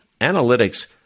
Analytics